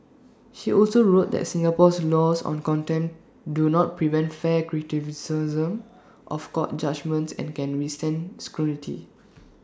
she also wrote that Singapore's laws on contempt do not prevent fair criticisms of court judgements and can withstand scrutiny